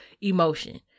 emotion